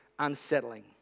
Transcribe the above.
unsettling